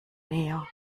näher